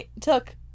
took